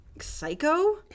psycho